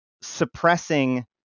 suppressing